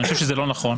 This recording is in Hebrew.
אני חושב שזה לא נכון.